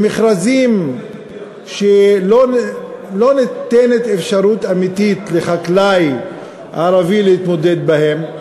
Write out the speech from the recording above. במכרזים שלא ניתנת אפשרות אמיתית לחקלאי ערבי להתמודד בהם,